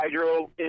hydro